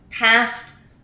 past